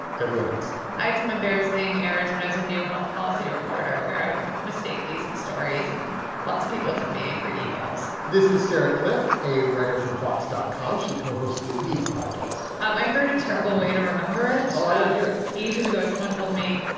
everyone does i had some embarrassing errors when i was a new health policy reporter, where i would mistake these in stories. and lots of people send me angry emails this is sarah kliff, a writer for vox dot com. she co-hosts the weeds podcast um i heard a terrible way to remember it oh, i want to hear it ages ago, someone told me,